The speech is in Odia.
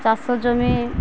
ଚାଷ ଜମି